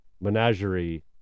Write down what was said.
menagerie